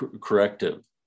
corrective